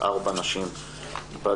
ארבע נשים בדירקטוריון.